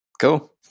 cool